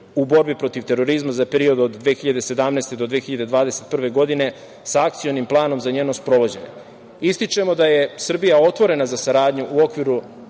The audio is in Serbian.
u borbi protiv terorizma za period od 2017. do 2021. godine sa Akcionim planom za njeno sprovođenje. Ističemo da je Srbija otvorena za saradnju u okviru